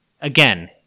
Again